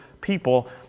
people